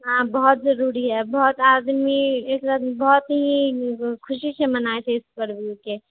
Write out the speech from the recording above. हँ बहुत ज़रूरी है बहुत आदमी एक़रा बहुत ही ख़ुशी से मनाबै छै इस पर्व के